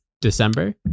December